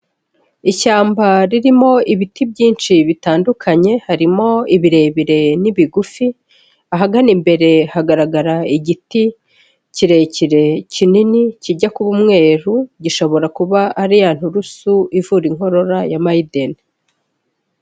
Ishyamba ririmo ibiti byinshi bitandukanye harimo ibirebire n'ibigufi, ahagana imbere hagaragara igiti kirekire kinini kijya kuba umweru gishobora kuba ari ya nturusu ivura inkorora ya mayideni.